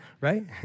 Right